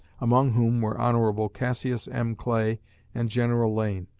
among whom were hon. cassius m. clay and general lane.